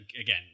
again